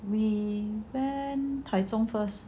we went taichung first